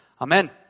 Amen